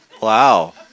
Wow